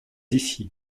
ici